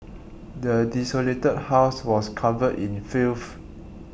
the desolated house was covered in filth